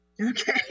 okay